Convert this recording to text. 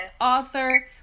author